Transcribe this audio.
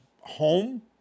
home